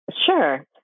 Sure